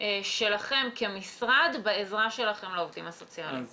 שלכם כמשרד בעזרה לעובדים הסוציאליים?